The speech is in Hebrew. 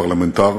וכפרלמנטר